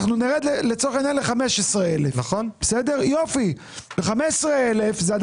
אנחנו נרד לצורך העניין ל-15,000 ו-15,000 עדיין